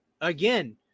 again